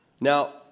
Now